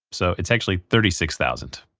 so it's actually thirty six thousand.